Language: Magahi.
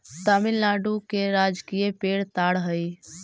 तमिलनाडु के राजकीय पेड़ ताड़ हई